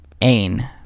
Ain